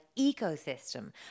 ecosystem